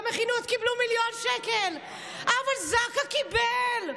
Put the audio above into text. המכינות קיבלו מיליון שקל, אבל זק"א קיבל,